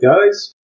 guys